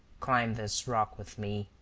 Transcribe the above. climb this rock with me.